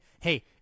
hey